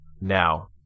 Now